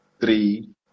three